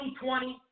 2020